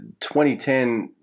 2010